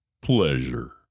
pleasure